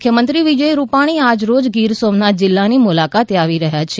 મુખ્યમંત્રી વિજયભાઇ રૂપાણી આજરોજ ગીર સોમનાથ જીલ્લાની મુલાકાતે આવી રહયા છે